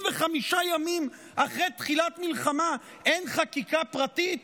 ימים אחרי תחילת מלחמה אין חקיקה פרטית,